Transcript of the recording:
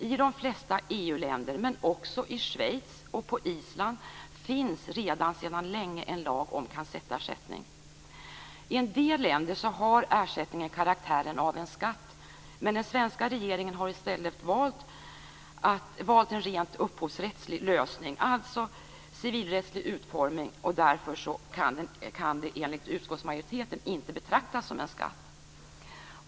I de flesta EU-länder, men också i Schweiz och på Island, finns redan sedan länge en lag om kassettersättning. I en del länder har ersättningen karaktären av skatt. Den svenska regeringen har i stället valt en rent upphovsrättsligt lösning, alltså civilrättslig utformning. Därför kan det enligt utskottsmajoriteten inte betraktas som en skatt.